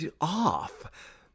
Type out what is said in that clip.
off